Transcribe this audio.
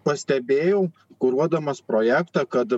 pastebėjau kuruodamas projektą kad